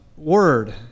Word